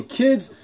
kids